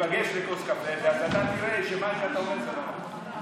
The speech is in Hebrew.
ניפגש לכוס קפה ואתה תראה שמה שאתה אומר זה לא נכון.